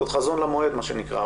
עוד חזון למועד, מה שנקרא.